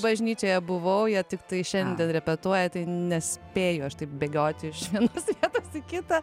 bažnyčioje buvau jie tiktai šiandien repetuoja tai nespėju aš taip bėgioti iš vienos vietos į kitą